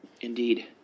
Indeed